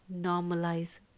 normalize